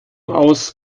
aus